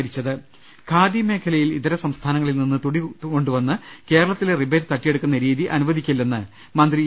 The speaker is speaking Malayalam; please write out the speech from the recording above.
ലലലലലലലലലലലല ഖാദി മേഖലയിൽ ഇതരസംസ്ഥാനങ്ങളിൽ നിന്ന് തുണി കൊണ്ടുവന്നു കേരളത്തിലെ റിബേറ്റ് തട്ടിയെടുക്കുന്ന രീതി അനുവദിക്കില്ലെന്ന് മന്ത്രി ഇ